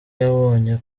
yabonye